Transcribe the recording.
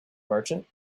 merchant